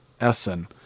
Essen